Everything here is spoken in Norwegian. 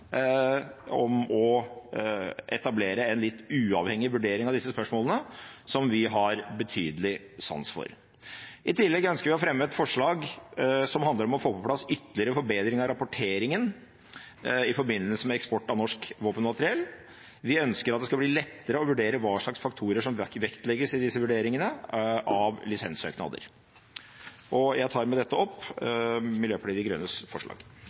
om å etablere en litt uavhengig vurdering av disse spørsmålene som vi har betydelig sans for. I tillegg ønsker vi å fremme et forslag som handler om å få på plass ytterligere forbedring av rapporteringen i forbindelse med eksport av norsk våpenmateriell. Vi ønsker at det skal bli lettere å vurdere hva slags faktorer som vektlegges i disse vurderingene av lisenssøknader. Jeg tar med dette opp Miljøpartiet De Grønnes forslag.